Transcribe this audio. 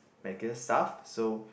like a staff so